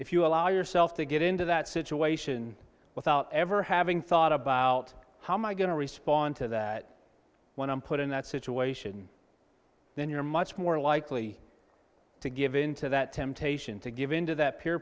if you allow yourself to get into that situation without ever having thought about how am i going to respond to that when i'm put in that situation then you're much more likely to give in to that temptation to give in to that peer